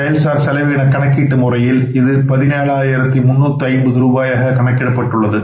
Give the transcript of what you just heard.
செயல்சார் செலவின கணக்கீட்டு முறையில் இது 17 ஆயிரத்து 350 ரூபாயாக கணக்கிடப்பட்டுள்ளது